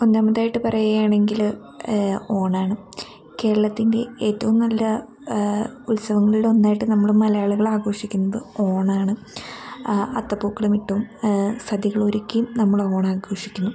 ഒന്നാമതായിട്ട് പറയുക ആണെങ്കിൽ ഓണം ആണ് കേരളത്തിൻ്റെ ഏറ്റവും നല്ല ഉത്സവങ്ങളിൽ ഒന്നായിട്ട് നമ്മൾ മലയാളികൾ ആഘോഷിക്കുന്നത് ഓണം ആണ് അത്തപൂക്കളമിട്ടും സദ്യകൾ ഒരുക്കിയും നമ്മൾ ഓണം ആഘോഷിക്കുന്നു